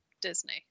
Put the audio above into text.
disney